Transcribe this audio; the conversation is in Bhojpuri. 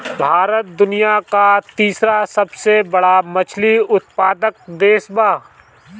भारत दुनिया का तीसरा सबसे बड़ा मछली उत्पादक देश बा